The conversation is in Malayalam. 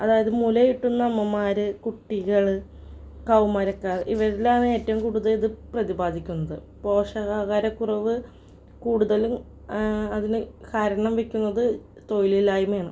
അതായത് മുലയൂട്ടുന്ന അമ്മമാർ കുട്ടികൾ കൗമാരക്കാർ ഇവരിലാണ് ഏറ്റവും കൂടുതൽ ഇത് പ്രതിപാദിക്കുന്നത് പോഷകാഹാരക്കുറവ് കൂടുതലും അതിനു കാരണം വെയ്ക്കുന്നത് തൊയിലില്ലായ്മയാണ്